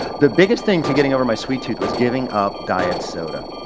the biggest thing to getting over my sweet tooth was giving up diet soda.